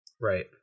right